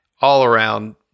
all-around